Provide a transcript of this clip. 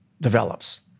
develops